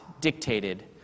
dictated